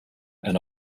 and